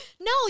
No